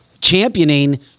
championing